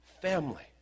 family